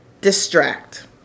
distract